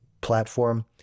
platform